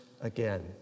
again